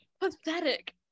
pathetic